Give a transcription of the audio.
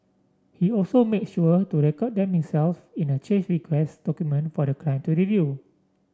he also makes sure to record them himself in a change request document for the client to review